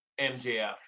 MJF